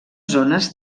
zones